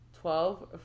Twelve